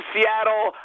Seattle